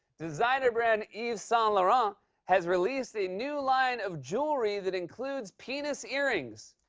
designer brand yves saint laurent has released a new line of jewelry that includes penis earrings.